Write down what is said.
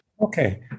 Okay